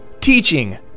teaching